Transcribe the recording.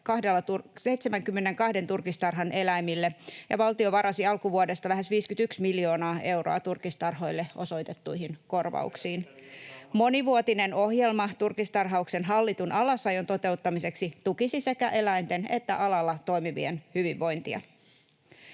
72 turkistarhan eläimille, ja valtio varasi alkuvuodesta lähes 51 miljoonaa euroa turkistarhoille osoitettuihin korvauksiin. [Mikko Savola: Olisiko heidät pitänyt jättää oman onnensa nojaan!] Monivuotinen ohjelma turkistarhauksen hallitun alasajon toteuttamiseksi tukisi sekä eläinten että alalla toimivien hyvinvointia.